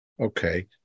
Okay